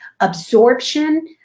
absorption